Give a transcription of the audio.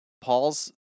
Paul's